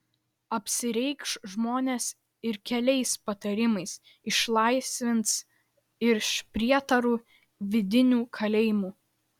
apsireikš žmonės ir keliais patarimais išlaisvins iš prietarų vidinių kalėjimų